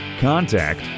contact